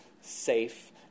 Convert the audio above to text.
safe